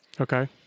Okay